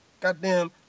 goddamn